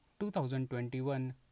2021